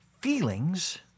feelings